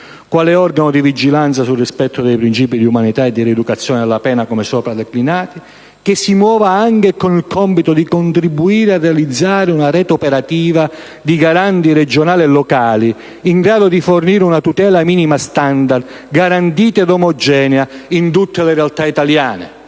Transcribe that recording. quale organo di vigilanza sul rispetto dei princìpi di umanità e di rieducazione della pena come sopra declinati, che si muova anche con il compito di contribuire a realizzare una rete operativa di Garanti regionali e locali in grado di fornire una tutela minima standard, garantita ed omogenea in tutte le realtà italiane.